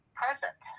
present